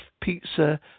pizza